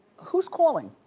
who's calling?